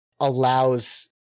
allows